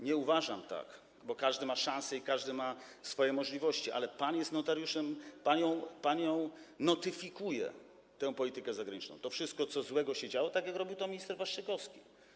Nie uważam tak, bo każdy ma szansę i każdy ma swoje możliwości, ale pan jest notariuszem, pan ją notyfikuje, tę politykę zagraniczną, to wszystko, co złego się działo, tak jak robił to minister Waszczykowski.